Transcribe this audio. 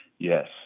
Yes